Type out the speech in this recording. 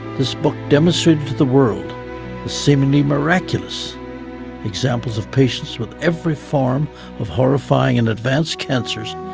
this book demonstrated to the world the seemingly miraculous examples of patients with every form of horrifying and advanced cancers,